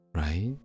right